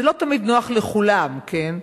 זה לא תמיד נוח לכולם, כן?